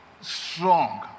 strong